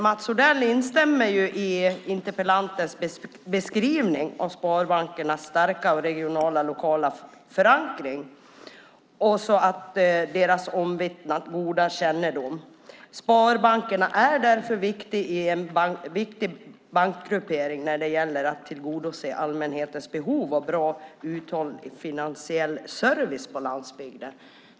Mats Odell instämmer i interpellantens beskrivning av sparbankernas starka regionala och lokala förankring och deras omvittnat goda kännedom. Sparbankerna är därför en viktig bankgruppering när det gäller att tillgodose allmänhetens behov av en bra och uthållig finansiell service på landsbygden.